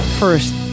First